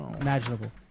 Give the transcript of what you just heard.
imaginable